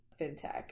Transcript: fintech